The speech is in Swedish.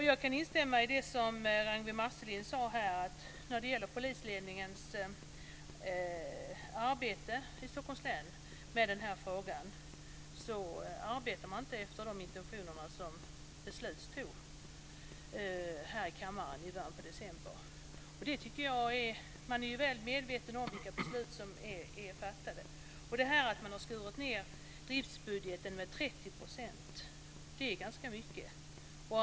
Jag kan instämma i det som Ragnwi Marcelind har sagt om att polisledningens arbete i Stockholms län inte följer de intentioner som framgick av beslutet från december. Man är väl medveten om vilka beslut som har fattats. Att driftsbudgeten har skurits ned med 30 % är mycket.